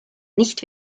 nicht